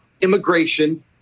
immigration